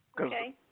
Okay